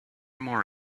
more